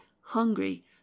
hungry